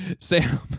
Sam